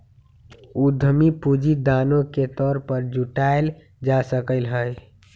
उधमी पूंजी दानो के तौर पर जुटाएल जा सकलई ह